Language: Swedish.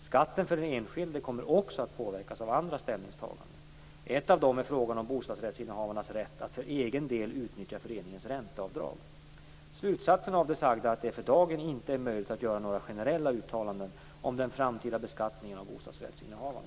Skatten för den enskilde kommer också att påverkas av andra ställningstaganden. Ett av dem är frågan om bostadsrättsinnehavarnas rätt att för egen del utnyttja föreningens ränteavdrag. Slutsatsen av det sagda är att det för dagen inte är möjligt att göra några generella uttalanden om den framtida beskattningen av bostadsrättsinnehavarna.